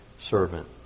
servant